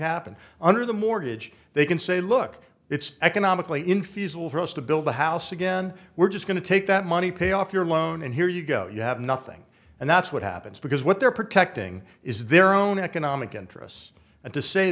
happened under the mortgage they can say look it's economically infeasible for us to build the house again we're just going to take that money pay off your loan and here you go you have nothing and that's what happens because what they're protecting is their own economic interests and to say